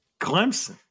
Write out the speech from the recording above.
Clemson